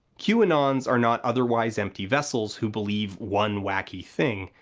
qanons are not otherwise empty vessels who believe one whacky thing.